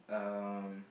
um